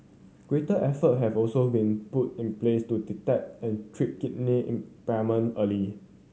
greater effort have also been put in place to detect and treat kidney impairment early